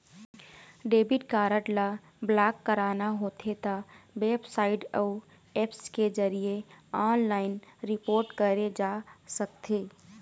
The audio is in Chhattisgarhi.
डेबिट कारड ल ब्लॉक कराना होथे त बेबसाइट अउ ऐप्स के जरिए ऑनलाइन रिपोर्ट करे जा सकथे